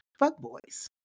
fuckboys